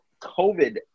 COVID